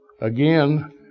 again